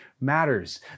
matters